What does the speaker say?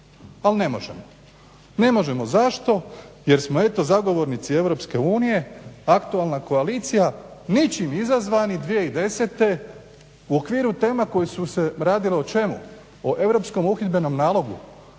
ali ne možemo. Ne možemo zašto, jer smo eto zagovornici Europske unije, aktualna koalicija ničim izazvani 2010. u okviru tema koje su se radile o čemu, o europskom uhidbenom nalogu,